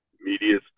media